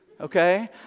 Okay